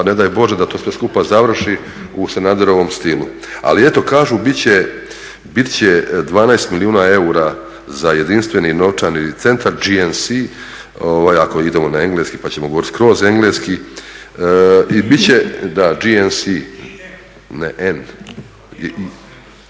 pa ne daj Bože da to sve skupa završi u Sanaderovom stilu. Ali eto kažu bit će 12 milijuna eura za Jedinstveni novčani centar GNC, ako idemo na engleski pa ćemo govorit skroz engleski i bit će… …